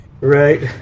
Right